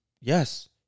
yes